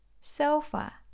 sofa